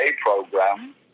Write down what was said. program